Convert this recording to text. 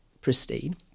pristine